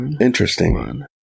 Interesting